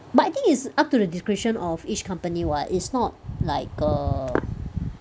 but I think it's up to the discretion of each company what it's not like err